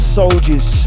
soldiers